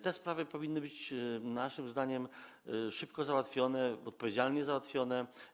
Te sprawy powinny być naszym zdaniem szybko załatwione, odpowiedzialnie załatwione.